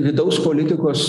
vidaus politikos